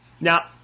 Now